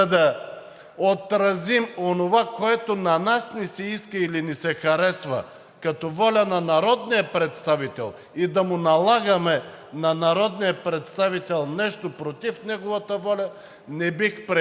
отразим онова, което на нас ни се иска или ни се харесва като воля на народния представител, и да налагаме нещо против неговата воля не бих приел.